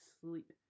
sleep